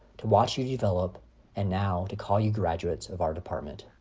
to watch you develop and now to call you graduates of our department.